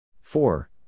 Four